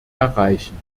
erreichen